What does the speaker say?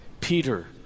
Peter